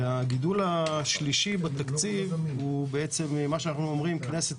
הגידול השלישי בתקציב הוא מה שאנחנו אומרים כנסת